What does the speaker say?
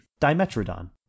Dimetrodon